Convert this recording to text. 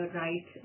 right